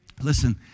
Listen